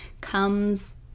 comes